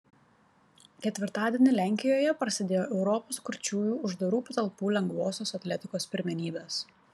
ketvirtadienį lenkijoje prasidėjo europos kurčiųjų uždarų patalpų lengvosios atletikos pirmenybės